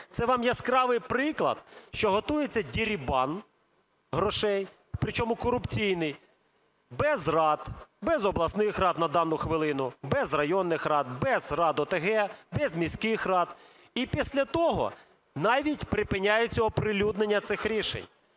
Це вам яскравий приклад, що готується дерибан грошей, причому корупційний, без рад, без обласних рад на дану хвилину, без районних рад, без рад ОТГ, без міських рад. І після того навіть припиняється оприлюднення цих рішень.